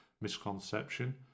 misconception